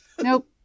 Nope